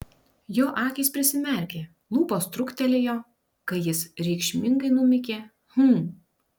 jo akys prisimerkė lūpos truktelėjo kai jis reikšmingai numykė hm